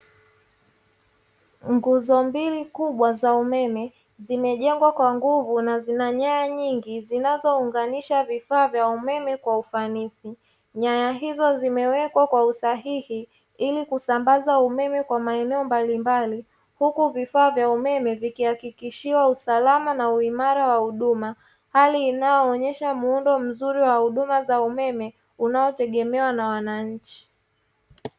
Nguzo mbili kubwa za umeme zimejengwa kwa nguvu na zinanyaya nyingi za umeme zinazoonganisha vifaa vya umeme kwa ufanisi nyaya hizo zimewekwa kwa usahihi ilikusambaza umeme maeneo mbalimbali huku vifaa vya umeme vikihakikishiwa uimara na usalama wa huduma hali inayoonyesha muundo mzuri wa huduma za umeme unaotegemewa na wananchi.